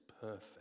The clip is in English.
perfect